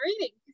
reading